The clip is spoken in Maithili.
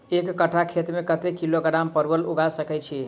एक कट्ठा खेत मे कत्ते किलोग्राम परवल उगा सकय की??